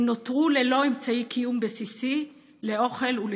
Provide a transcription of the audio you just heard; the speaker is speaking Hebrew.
הם נותרו ללא אמצעי קיום בסיסיים לאוכל ולתרופות.